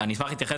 אני אשמח להתייחס.